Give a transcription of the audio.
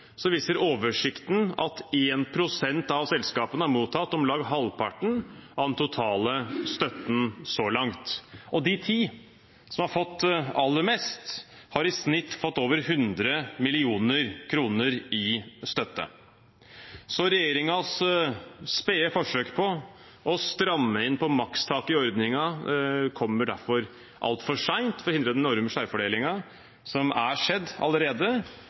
viser oversikten at 1 pst. av selskapene har mottatt om lag halvparten av den totale støtten så langt. De ti som har fått aller mest, har i snitt fått over 100 mill. kr i støtte. Så regjeringens spede forsøk på å stramme inn på makstaket i ordningen kommer derfor altfor sent til å hindre den enorme skjevfordelingen som er skjedd allerede,